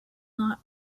not